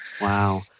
Wow